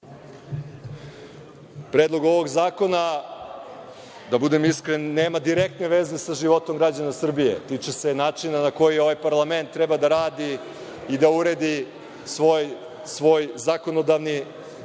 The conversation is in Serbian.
Predlog ovog zakona, da budem iskren, nema direktne veze sa životom građana Srbije. Tiče se načina na koji ovaj parlament treba da radi i da uredi svoj zakonodavni